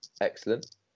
Excellent